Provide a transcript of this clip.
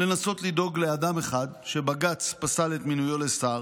לנסות לדאוג לאדם אחד, שבג"ץ פסל את מינויו לשר,